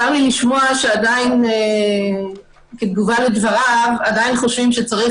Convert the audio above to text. צר לי לשמוע שכתגובה לדבריו עדיין חושבים שצריך